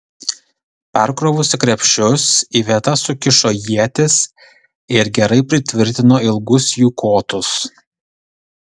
perkrovusi krepšius į vietas sukišo ietis ir gerai pritvirtino ilgus jų kotus